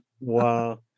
wow